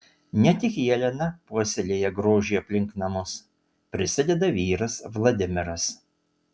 ne tik jelena puoselėja grožį aplink namus prisideda vyras vladimiras